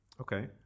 Okay